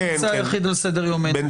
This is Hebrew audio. זה הנושא היחיד על סדר יומנו?